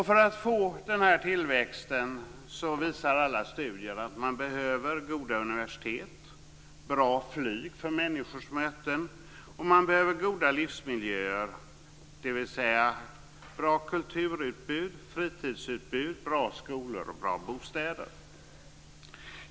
För att få tillväxt visar alla studier att man behöver goda universitet, bra flyg för människors möten och goda livsmiljöer, dvs. bra kulturutbud och fritidsutbud, bra skolor och bra bostäder.